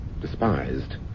despised